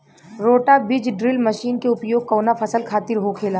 रोटा बिज drill machine के उपयोग कऊना फसल खातिर होखेला?